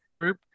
group